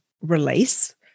release